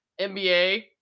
NBA